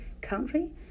country